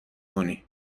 کنی